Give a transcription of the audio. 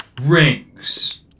rings